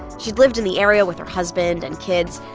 she'd lived in the area with her husband and kids.